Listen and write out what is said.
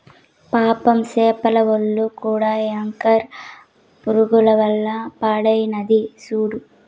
పాపం సేపల ఒల్లు కూడా యాంకర్ పురుగుల వల్ల పాడైనాది సూడు